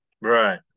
right